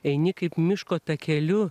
eini kaip miško takeliu